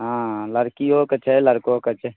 हँ लड़किओके छै लड़कोके छै